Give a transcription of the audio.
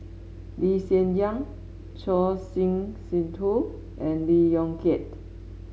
Lee Hsien Yang Choor Singh Sidhu and Lee Yong Kiat